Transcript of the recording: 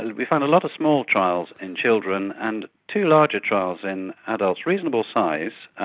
and we found a lot of small trials in children and two larger trials in adults, reasonable size,